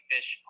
Fish